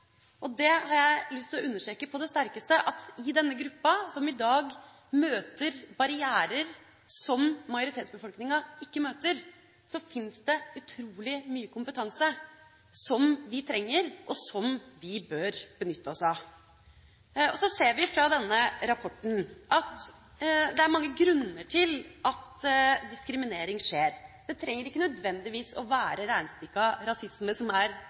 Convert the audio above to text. har lyst til å understreke på det sterkeste at i denne gruppa som i dag møter barrierer som majoritetsbefolkninga ikke møter, fins det utrolig mye kompetanse som vi trenger, og som vi bør benytte oss av. Så ser vi fra denne rapporten at det er mange grunner til at diskriminering skjer. Det trenger ikke nødvendigvis å være reinspikka rasisme som er